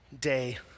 day